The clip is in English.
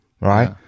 Right